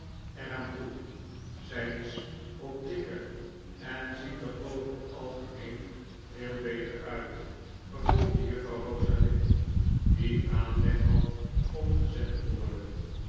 aan toe zij is ook dikker en ziet er over het algemeen veel beter uit vervolgde juffrouw rosalind die aanleg had om gezet te worden